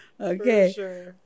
Okay